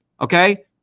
Okay